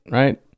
right